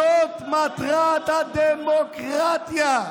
זאת מטרת הדמוקרטיה.